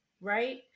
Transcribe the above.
right